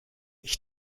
ich